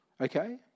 Okay